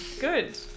good